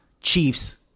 Chiefs